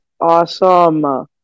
awesome